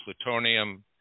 plutonium